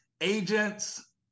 agents